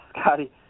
Scotty